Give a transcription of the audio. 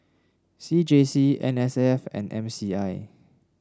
C J C N S F and M C I